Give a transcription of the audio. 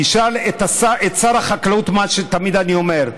תשאל את שר החקלאות מה תמיד אני אומר: